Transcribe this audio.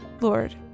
Lord